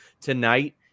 Tonight